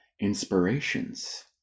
inspirations